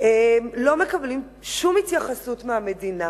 לא מקבלים שום התייחסות מהמדינה.